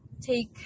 take